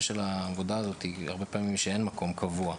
העבודה הזאת הוא שהרבה פעמים אין מקום קבוע.